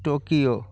Tokyo